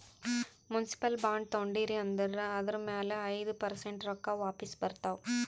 municipal bond ತೊಂಡಿರಿ ಅಂದುರ್ ಅದುರ್ ಮ್ಯಾಲ ಐಯ್ದ ಪರ್ಸೆಂಟ್ ರೊಕ್ಕಾ ವಾಪಿಸ್ ಬರ್ತಾವ್